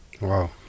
wow